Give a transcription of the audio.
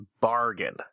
bargain